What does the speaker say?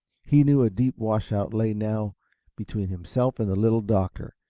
he knew a deep washout lay now between himself and the little doctor,